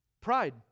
Pride